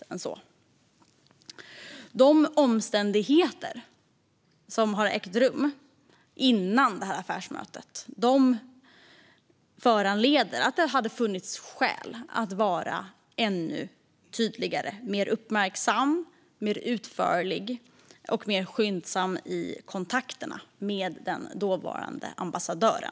Gransknings-betänkande våren 2021Vissa frågor om regeringens ansvar för förvaltningen De omständigheter som ägde rum före affärsmötet föranleder att det hade funnits skäl att vara ännu tydligare och mer uppmärksam, utförlig och skyndsam i kontakterna med den dåvarande ambassadören.